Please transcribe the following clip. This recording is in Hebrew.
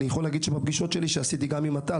אני יכול להגיד שבפגישות שלי שעשיתי גם אט"ל,